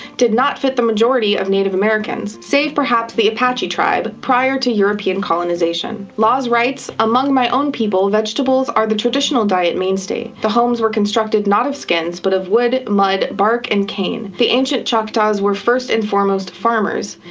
did not fit the majority of native americans, save perhaps the apache tribe, prior to european colonization. laws writes, among my own people vegetables are the traditional diet mainstay. the homes were constructed not of skins, but of wood, mud, bark and cane. the ancient choctaws were, first and foremost, farmers.